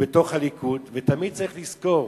בתוך הליכוד, ותמיד צריך לזכור